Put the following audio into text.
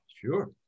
Sure